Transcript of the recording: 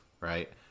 right